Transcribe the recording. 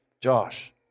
Josh